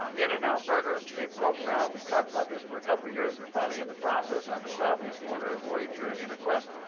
in-n-out burger, they broke ground. we've talked about this for a couple of years. they're finally in the process on the southeast corner of voyager and interquest.